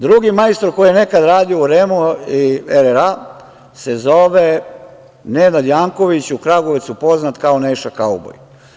Drugi majstor koji je nekada radio u REM-u i RRA se zove Nenad Janković, u Kragujevcu poznat kao Neša kauboj.